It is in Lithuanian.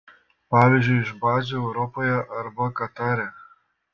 pavyzdžiui iš bazių europoje arba katare